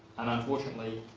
and unfortunately,